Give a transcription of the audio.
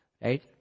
right